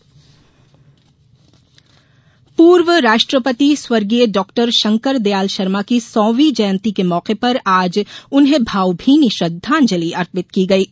जयंती पूर्व राष्ट्रपति स्वर्गीय डाक्टर शंकरदयाल शर्मा की सौंवी जयंती के मौके पर आज उन्हें भावभीनी श्रद्धांजलि अर्पित की गयी